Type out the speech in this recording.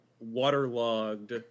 waterlogged